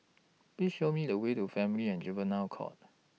Please Show Me The Way to Family and Juvenile Court